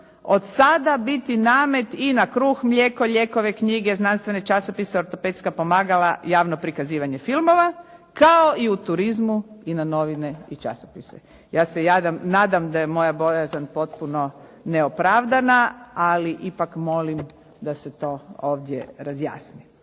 od sada biti namet i na kruh, mlijeko, lijekove, knjige, znanstvene časopise, ortopedska pomagala i javno prikazivanje filmova kao i u turizmu i na novine i časopise? Ja se nadam da je moja bojazan potpuno neopravdana, ali ipak molim da se to ovdje razjasni.